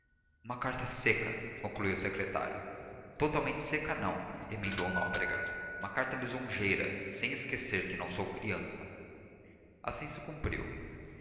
uma carta seca concluiu o secretário totalmente seca não emendou nóbrega uma carta lisonjeira sem esquecer que não sou criança assim se cumpriu